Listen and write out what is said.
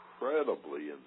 incredibly